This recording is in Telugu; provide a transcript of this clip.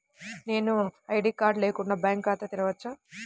నేను ఐ.డీ కార్డు లేకుండా బ్యాంక్ ఖాతా తెరవచ్చా?